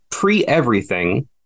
pre-everything